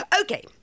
Okay